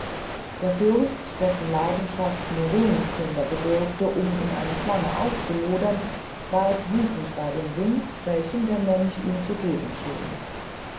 der fürst dessen leidenschaft nur wenig zunder bedurfte um in eine flamme aufzulodern ward wüthend bey dem wink welchen der mönch ihm zu geben schien